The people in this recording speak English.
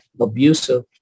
abusive